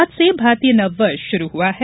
आज से भारतीय नववर्ष शुरू हुआ है